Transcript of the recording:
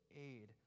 aid